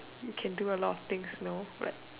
you can do a lot of things know like